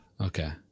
Okay